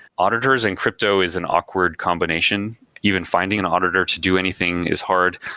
auditors and crypto is an awkward combination, even finding an auditor to do anything is hard,